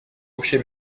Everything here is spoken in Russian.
общей